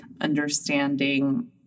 understanding